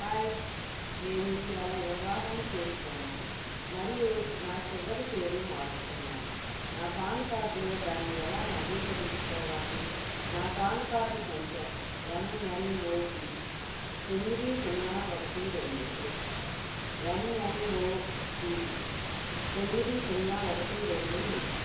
hi నేను ఇటీవల వివాహం చేసుకున్నాను మరియు నా చివరి పేరు మార్చుకున్నాను నా పాన్ కార్డులో దాన్ని ఎలా నవీకరించుకోవాలి నా పాన్ కార్డు సంఖ్య ఎం ఎన్ ఓ పీ తొమ్మిది సున్నా ఒకటి రెండు H M N O P తొమ్మిది సున్నా ఒకటి రెండు హెచ్